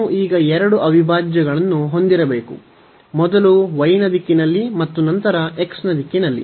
ನಾವು ಈಗ ಎರಡು ಅವಿಭಾಜ್ಯಗಳನ್ನು ಹೊಂದಿರಬೇಕು ಮೊದಲು y ನ ದಿಕ್ಕಿನಲ್ಲಿ ಮತ್ತು ನಂತರ x ನ ದಿಕ್ಕಿನಲ್ಲಿ